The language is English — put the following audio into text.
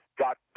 got